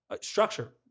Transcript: structure